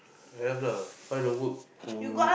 have lah find a work who